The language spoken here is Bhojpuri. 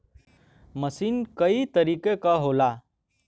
मसीन कई तरीके क होला